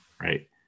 right